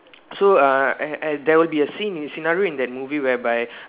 so uh and and there will be a scene scenario in that movie whereby